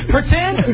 Pretend